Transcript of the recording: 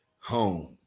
home